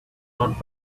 not